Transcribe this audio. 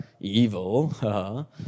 evil